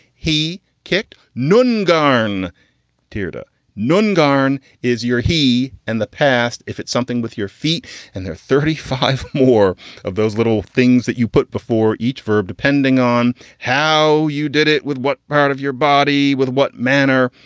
he kicked none. gahn terada none. gahn is your he and the past. if it's something with your feet and they're thirty five, more of those little things that you put before each verb, depending on how you did it with what part of your body, with what manner,